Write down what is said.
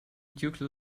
dulce